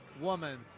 woman